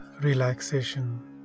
relaxation